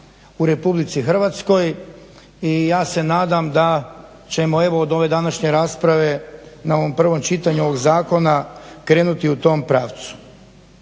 u Republici Hrvatskoj. I ja se nadam da ćemo evo od ove današnje rasprave na ovom prvom čitanju ovog zakona krenuti u tom pravcu.